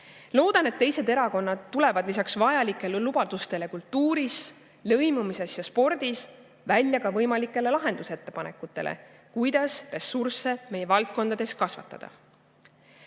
Loodan, et teised erakonnad tulevad lisaks vajalikele lubadustele kultuuris, lõimumises ja spordis välja ka võimalike lahendusettepanekutega, kuidas ressursse meie valdkondades kasvatada.